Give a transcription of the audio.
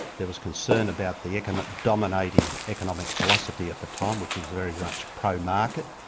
there was concern about the economic, dominating economic philosophy at the time which was very much pro-market.